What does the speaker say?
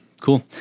cool